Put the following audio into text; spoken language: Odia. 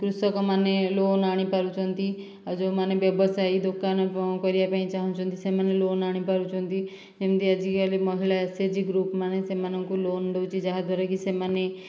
କୃଷକମାନେ ଲୋନ୍ ଆଣିପାରୁଛନ୍ତି ଆଉ ଯେଉଁମାନେ ବ୍ୟବସାୟୀ ଦୋକାନ ପ କରିବା ପାଇଁ ଚାହୁଁଛନ୍ତି ସେମାନେ ଲୋନ୍ ଆଣିପାରୁଛନ୍ତି ଯେମିତି ଆଜିକାଲି ମହିଳା ଏସ ଏଚ ଜି ଗ୍ରୁପ୍ମାନେ ସେମାନଙ୍କୁ ଲୋନ୍ ଦେଉଛି ଯାହା ଦ୍ଵାରାକି ସେମାନେ